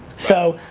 so,